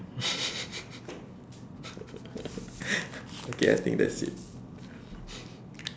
okay I think that's it